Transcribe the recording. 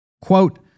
quote